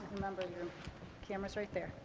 remember, your camera's right there.